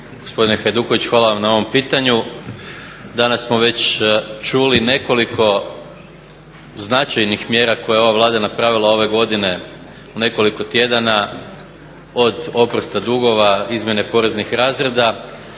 Gospodine Hajduković hvala vam na ovom pitanju. Danas smo čuli već nekoliko značajnih mjera koje je ova Vlada napravila ove godine u nekoliko tjedana od oprosta dugova, I umjesto naravno da